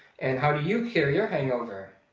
and how do you cure your hangover?